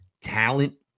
talent